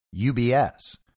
UBS